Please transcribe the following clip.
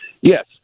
yes